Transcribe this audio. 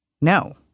No